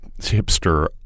hipster